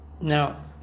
Now